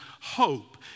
hope